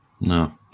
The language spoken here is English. No